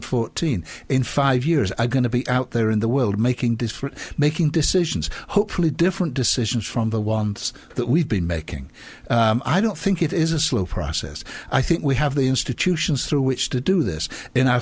fourteen in five years are going to be out there in the world making different making decisions hopefully different decisions from the wants that we've been making i don't think it is a slow process i think we have the institutions through which to do this in our